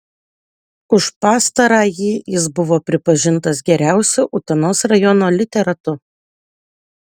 už pastarąjį jis buvo pripažintas geriausiu utenos rajono literatu